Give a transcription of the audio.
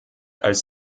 als